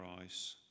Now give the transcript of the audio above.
eyes